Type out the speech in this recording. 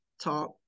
talk